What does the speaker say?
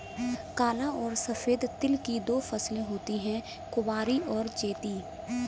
काला और सफेद तिल की दो फसलें होती है कुवारी और चैती